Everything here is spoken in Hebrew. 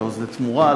ל"עוז לתמורה",